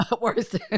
Worse